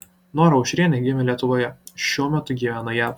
nora aušrienė gimė lietuvoje šiuo metu gyvena jav